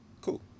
cool